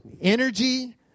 energy